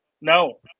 no